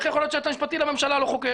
איך יכול להיות שהיועץ המשפטי לממשלה לא חוקר?